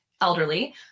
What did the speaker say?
elderly